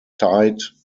tied